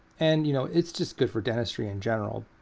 and you know it's just good for dentistry in general.